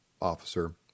officer